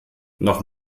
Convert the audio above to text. noch